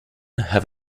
have